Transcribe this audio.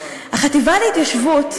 להתיישבות, החטיבה להתיישבות,